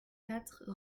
quatre